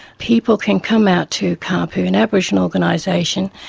people can come out to caaapu, an aboriginal organisation,